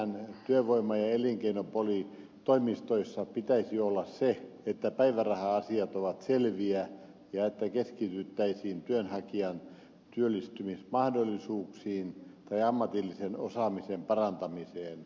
käytännönhän työvoima ja elinkeinotoimistoissa pitäisi olla se että päiväraha asiat ovat selviä ja että keskitytään työnhakijan työllistymismahdollisuuksiin tai ammatillisen osaamisen parantamiseen